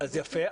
יפה.